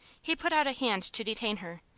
he put out a hand to detain her,